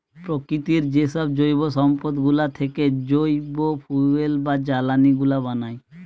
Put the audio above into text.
প্রকৃতির যেসব জৈব সম্পদ গুলা থেকে যই ফুয়েল বা জ্বালানি গুলা বানায়